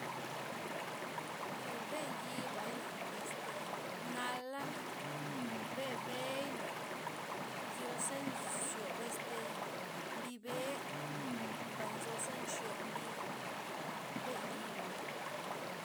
Eee- be'yibai'na este nala'na, bebe'ina nzyo ze nzyob este mbi be'e, mbay ze nxyob mbi mbe' yiba'na.